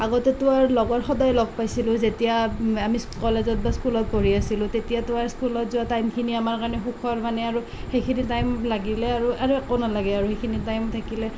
আগতেতো আৰু লগৰ সদায় লগ পাইছিলোঁ যেতিয়া আমি কলেজত বা স্কুলত পঢ়ি আছিলোঁ তেতিয়াতো আৰু স্কুলত যোৱাৰ টাইমখিনি আমাৰ কাৰণে সুখৰ মানে আৰু সেইখিনি টাইম লাগিলে আৰু আৰু একো নালাগে আৰু সেইখিনি টাইম থাকিলে